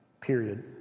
period